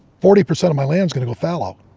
forty percent of my land's going to go fallow.